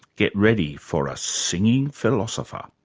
get ready for a singing philosopher!